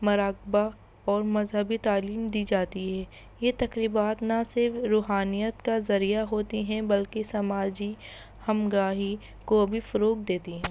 مراقبہ اور مذہبی تعلیم دی جاتی ہے یہ تقریبات نہ صرف روحانیت کا ذریعہ ہوتی ہیں بلکہ سماجی ہم آہنگی کو بھی فروغ دیتی ہیں